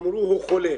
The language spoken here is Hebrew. אמרו לו שהוא חולה.